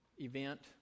event